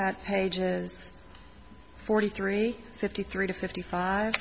at pages forty three fifty three to fifty five